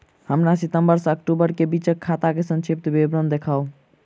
हमरा सितम्बर सँ अक्टूबर केँ बीचक खाता केँ संक्षिप्त विवरण देखाऊ?